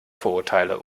vorurteile